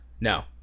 No